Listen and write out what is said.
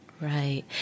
Right